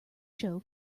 show